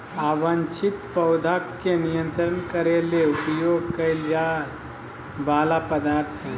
अवांछित पौधा के नियंत्रित करे ले उपयोग कइल जा वला पदार्थ हइ